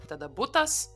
tada butas